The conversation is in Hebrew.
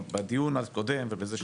בדיון הקודם ובזה שלפניו.